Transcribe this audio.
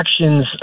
actions